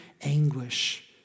anguish